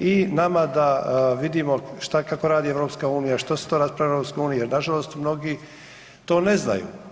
i nama da vidimo šta, kako radi EU, što se to raspravlja u EU jer nažalost mnogi to ne znaju.